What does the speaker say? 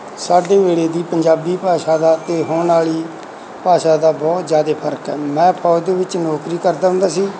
ਸਾਡੇ ਵੇਲੇ ਦੀ ਪੰਜਾਬੀ ਭਾਸ਼ਾ ਦਾ ਅਤੇ ਹੁਣ ਵਾਲੀ ਭਾਸ਼ਾ ਦਾ ਬਹੁਤ ਜ਼ਿਆਦਾ ਫਰਕ ਆ ਮੈਂ ਫੌਜ ਦੇ ਵਿੱਚ ਨੌਕਰੀ ਕਰਦਾ ਹੁੰਦਾ ਸੀ